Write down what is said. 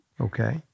Okay